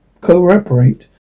co-operate